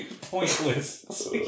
pointless